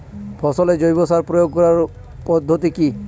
ফসলে জৈব সার প্রয়োগ করার পদ্ধতি কি?